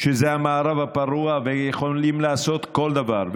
שזה המערב הפרוע והם יכולים לעשות כל דבר,